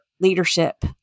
leadership